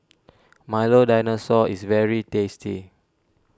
Milo Dinosaur is very tasty